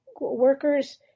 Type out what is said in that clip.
workers